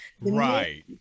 right